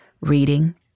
reading